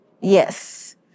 Yes